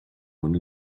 one